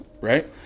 right